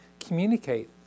communicate